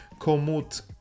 Komut